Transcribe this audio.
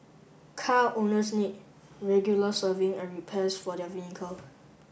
car owners need regular serving and repairs for their vehicle